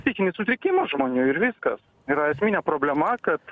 psichinis sutrikimas žmonių ir viskas yra esminė problema kad